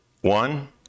one